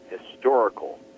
historical